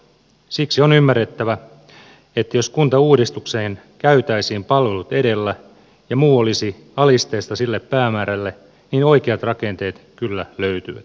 siksi on ymmärrettävä että jos kuntauudistukseen käytäisiin palvelut edellä ja muu olisi alisteista sille päämäärälle niin oikeat rakenteet kyllä löytyvät